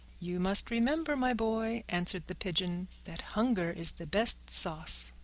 you must remember, my boy, answered the pigeon, that hunger is the best sauce!